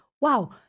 wow